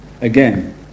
again